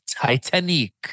Titanic